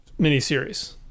miniseries